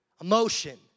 emotion